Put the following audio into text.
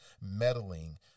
meddling